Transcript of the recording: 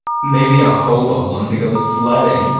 maybe a hobo wanted to go sledding!